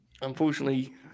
unfortunately